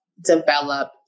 develop